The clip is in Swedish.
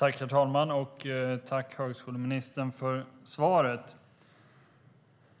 Herr talman! Tack högskoleministern för svaret!